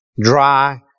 dry